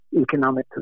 economically